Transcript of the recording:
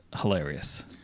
hilarious